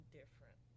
different